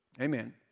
Amen